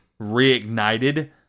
reignited